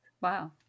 Wow